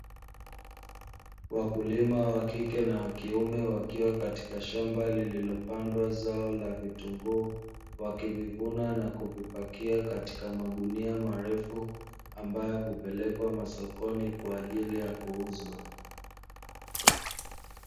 Wakulima wakike na wakiume, wakiwa katika shamba lilopandwa zao la vitunguu wakivivuna na kuvipakia katika magunia marefu ambayo hupelekwa masokoni kwa ajili ya kuuzwa.